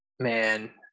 Man